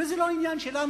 וזה לא עניין שלנו.